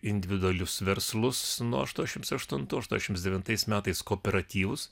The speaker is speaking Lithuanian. individualius verslus nuo aštuoniasdešimt aštuntų aštuoniasdešimt devintais metais kooperatyvus